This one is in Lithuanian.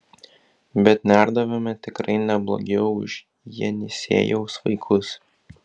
bet nerdavome tikrai neblogiau už jenisejaus vaikus